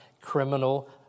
criminal